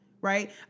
right